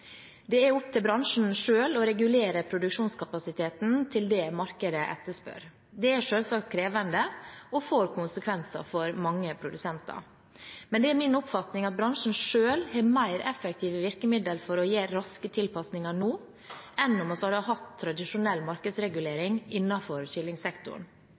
Det er opp til bransjen selv å regulere produksjonskapasiteten til det markedet etterspør. Det er selvsagt krevende og får konsekvenser for mange produsenter. Men det er min oppfatning at bransjen selv har mer effektive virkemidler for å gjøre raske tilpasninger nå enn om vi hadde hatt tradisjonell markedsregulering